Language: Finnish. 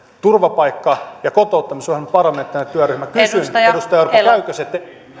turvapaikka ja kotouttamisohjelman parlamentaarinen työryhmä kysyn edustaja orpo käykö se teille